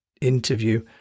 interview